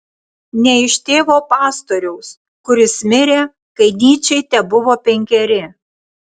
ne iš tėvo pastoriaus kuris mirė kai nyčei tebuvo penkeri